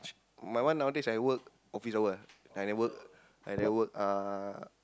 my one nowadays I work office hours I never work I never work uh